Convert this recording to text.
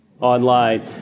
online